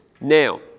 Now